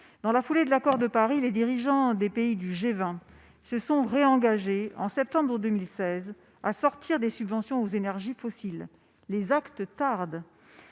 dans la foulée de l'accord de Paris, les dirigeants des pays du G20 se sont une nouvelle fois engagés à sortir des subventions aux énergies fossiles, mais les actes tardent.